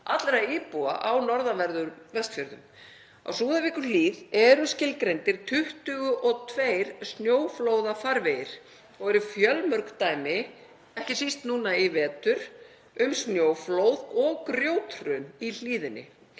allra íbúa á norðanverðum Vestfjörðum. Á Súðavíkurhlíð eru skilgreindir 22 snjóflóðafarvegir og eru fjölmörg dæmi, ekki síst núna í vetur, um snjóflóð og grjóthrun í hlíðinni.